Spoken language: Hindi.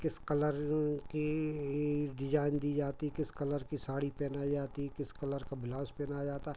किस कलर की डिजाइन दी जाती है किस कलर की साड़ी पहनाई जाती है किस कलर का बिलाउज पहनाया जाता